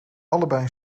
allebei